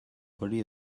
hori